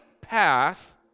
path